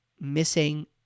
missing